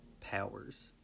Powers